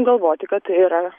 galvoti kad tai yra